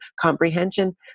comprehension